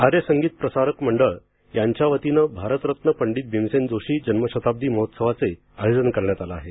आर्य संगीत प्रसारक मंडळ यांच्या वतीनं भारतरत्न पंडित भीमसेन जोशी जन्म शताब्दी महोत्सवाचे आयोजन करण्यात आले आहे